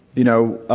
you know,